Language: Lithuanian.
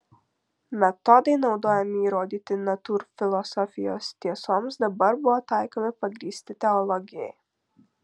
metodai naudojami įrodyti natūrfilosofijos tiesoms dabar buvo taikomi pagrįsti teologijai